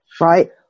right